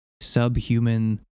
subhuman